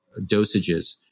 dosages